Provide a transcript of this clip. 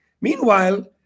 Meanwhile